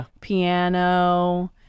piano